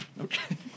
Okay